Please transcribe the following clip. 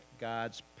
God's